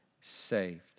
saved